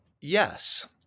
yes